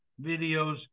videos